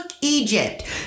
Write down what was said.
Egypt